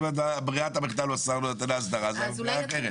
אם ברירת המחדל הוא השר נותן ההסדרה, זה אחרת.